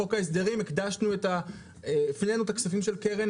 בחוק ההסדרים הפנינו את הכספים של קרן